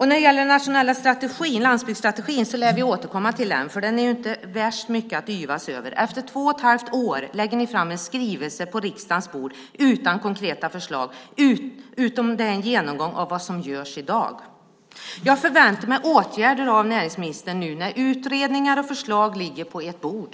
Vi lär återkomma till den nationella landsbygdsstrategin. Den är inte så värst mycket att yvas över. Efter två och ett halvt år lägger ni fram en skrivelse utan konkreta förslag på riksdagens bord. Det är en genomgång av vad som görs i dag. Jag förväntar mig åtgärder av näringsministern nu när utredningar och förslag ligger på ert bord.